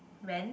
rent